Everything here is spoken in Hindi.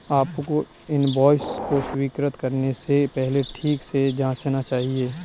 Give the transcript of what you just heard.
आपको इनवॉइस को स्वीकृत करने से पहले ठीक से जांचना चाहिए